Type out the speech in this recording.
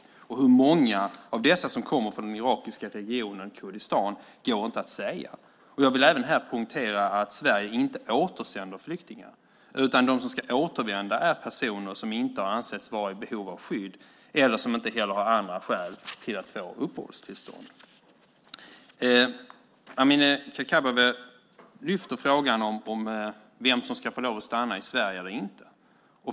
Hur många av dessa som kommer från den irakiska regionen i Kurdistan går inte att säga. Jag vill även här poängtera att Sverige inte återsänder flyktingar, utan de som ska återvända är personer som inte har ansetts vara i behov av skydd eller som inte heller har andra skäl att få uppehållstillstånd. Amineh Kakabaveh lyfter frågan om vem som ska få stanna i Sverige och inte.